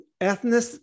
ethnic